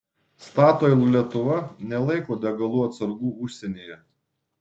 statoil lietuva nelaiko degalų atsargų užsienyje